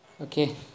Okay